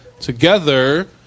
together